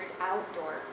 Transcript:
outdoor